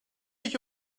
ich